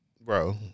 Bro